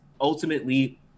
ultimately –